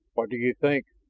what do you think?